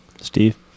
Steve